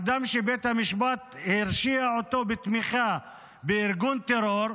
אדם שבית המשפט הרשיע אותו בתמיכה בארגון טרור,